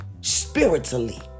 spiritually